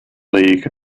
league